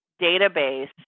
database